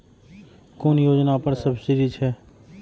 कुन योजना पर सब्सिडी छै?